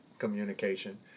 Communication